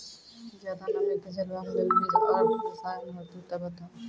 ज्यादा नमी के झेलवाक लेल बीज आर रसायन होति तऽ बताऊ?